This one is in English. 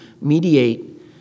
mediate